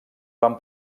van